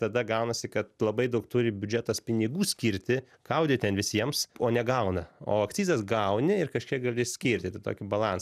tada gaunasi kad labai daug turi biudžetas pinigų skirti gaudyt ten visiems o negauna o akcizas gauni ir kažkiek gali skirti tai tokį balansą